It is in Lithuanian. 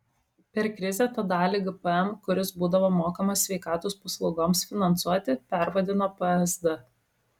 per krizę tą dalį gpm kuris būdavo mokamas sveikatos paslaugoms finansuoti pervadino psd